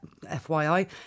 FYI